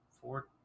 four